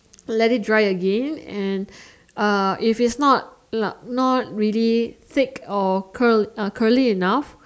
let it dry again and uh if its not la~ not really thick or Curl uh curly enough